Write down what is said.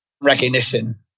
recognition